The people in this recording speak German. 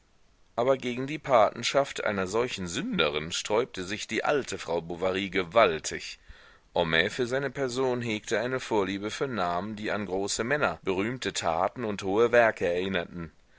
aber gegen die patenschaft einer solchen sünderin sträubte sich die alte frau bovary gewaltig homais für seine person hegte eine vorliebe für namen die an große männer berühmte taten und hohe werke erinnerten